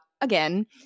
again